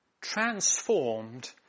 transformed